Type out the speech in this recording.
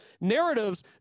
Narratives